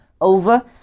over